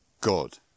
God